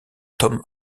tom